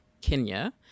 Kenya